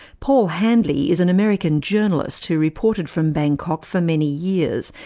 paul handley is an american journalist who reported from bangkok for many years,